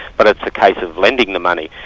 but it's a case of lending the money.